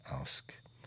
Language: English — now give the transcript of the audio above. ask